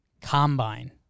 combine